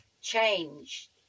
changed